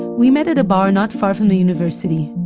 we met at a bar not far from the university.